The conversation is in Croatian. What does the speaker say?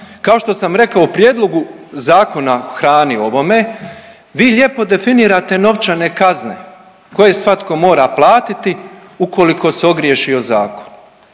kao što sam rekao u Prijedlogu Zakona o hrani o ovome vi lijepo definirate novčane kazne koje svatko mora platiti ukoliko se ogriješi o zakon.